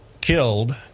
killed